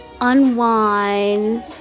unwind